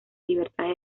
libertades